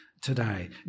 today